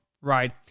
right